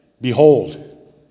Behold